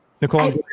Nicole